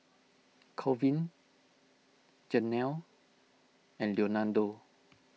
Colvin Jenelle and Leonardo